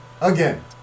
again